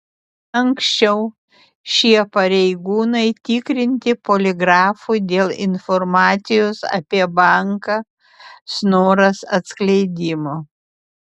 anksčiau šie pareigūnai tikrinti poligrafu dėl informacijos apie banką snoras atskleidimo